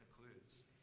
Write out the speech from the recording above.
concludes